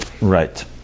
right